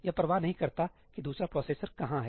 यह परवाह नहीं करता कि दूसरा प्रोसेसर कहां है